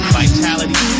vitality